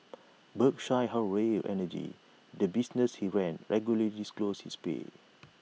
Berkshire Hathaway energy the business he ran regularly disclosed his pay